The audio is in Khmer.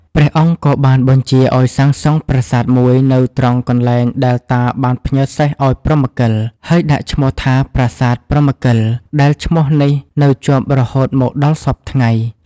ព្រះអង្គក៏បានបញ្ជាឱ្យសាងសង់ប្រាសាទមួយនៅត្រង់កន្លែងដែលតាបានផ្ញើសេះឱ្យព្រហ្មកិល ហើយដាក់ឈ្មោះថា "ប្រាសាទព្រហ្មកិល" ដែលឈ្មោះនេះនៅជាប់រហូតមកដល់សព្វថ្ងៃ ។